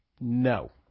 No